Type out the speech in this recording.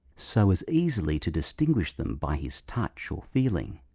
so as easily to distinguish them by his touch or feeling,